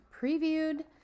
previewed